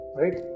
right